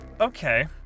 Okay